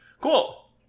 Cool